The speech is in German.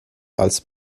als